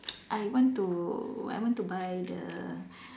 I want to I want to buy the